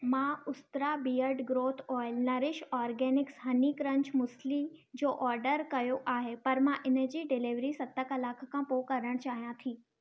मां Ustraa beard growth oil nourish organics honey crunch muesli जो order कयो आहे पर मां इन जी डिलीवरी सत कलाक खां पोइ कराइणु चाहियां थी